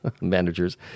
managers